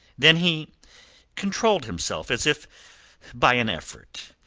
then he controlled himself as if by an effort.